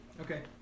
Okay